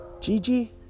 Gigi